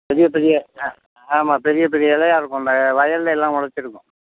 பெரிய பெரிய ஆ ஆமா பெரிய பெரிய இலையா இருக்கும் அந்த வயலில் எல்லாம் முளச்சிருக்கும்